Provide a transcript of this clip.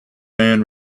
man